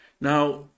Now